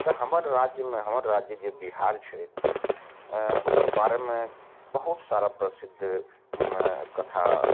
तऽ हमर राज्यमे हमर राज्य जे बिहार छथि ओकर बारेमे बहुत सारा प्रसिद्ध कथा